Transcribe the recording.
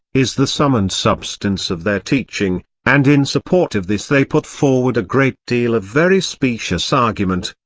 is the sum and substance of their teaching and in support of this they put forward a great deal of very specious argument,